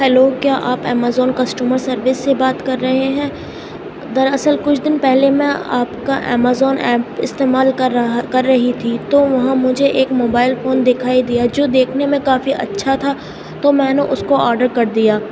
hello کیا آپ Amazon customer service سے بات کر رہے ہیں در اصل کچھ دن پہلے میں آپ کا ایمیزون ایپ استعمال کر رہا کر رہی تھی تو وہاں مجھے ایک موبائل فون دکھائی دیا جو دیکھنے میں کافی اچھا تھا تو میں نے اس کو آڈر کر دیا